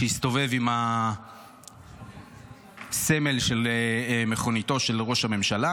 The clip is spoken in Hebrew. שהסתובב עם הסמל של מכוניתו של ראש הממשלה,